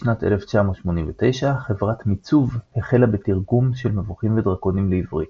בשנת 1989 חברת מיצוב החלה בתרגום של מבוכים ודרקונים לעברית.